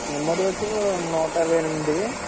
memory వచ్చి నూట ఇరవై ఎనిమిది